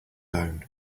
own